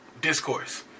discourse